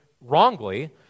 wrongly